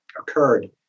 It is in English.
occurred